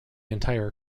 entire